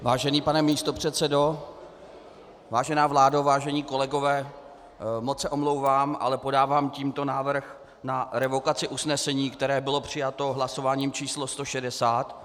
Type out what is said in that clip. Vážený pane místopředsedo, vážená vládo, vážení kolegové, moc se omlouvám, ale podávám tímto návrh na revokaci usnesení, které bylo přijato hlasováním číslo 160.